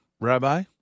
Rabbi